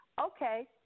Okay